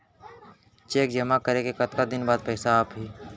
Cheque जेमा करे के कतका दिन बाद पइसा आप ही?